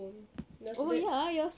from then after that